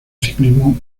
ciclismo